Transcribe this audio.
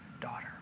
daughter